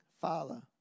father